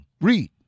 Read